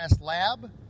lab